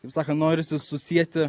kaip sakant norisi susieti